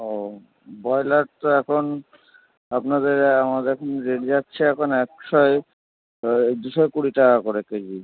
ও broiler তো এখন আপনাদের আমাদের এখন রেট যাচ্ছে এখন একশোয় ওই দুশো কুড়ি টাকা করে কেজি